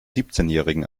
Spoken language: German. siebzehnjährigen